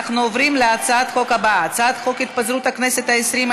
אנחנו עוברים להצעת החוק הבאה: הצעת חוק התפזרות הכנסת העשרים,